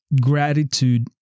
gratitude